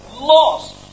Lost